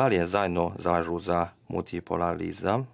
Dalje, zajedno se zalažu za multilateralizam,